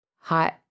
Hot